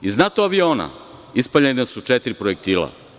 Iz NATO aviona ispaljena su četiri projektila.